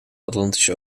atlantische